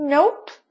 Nope